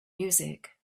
music